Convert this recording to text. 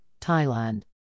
Thailand